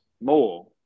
more